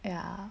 ya